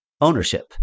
ownership